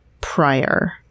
prior